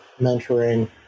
mentoring